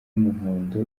umuhondo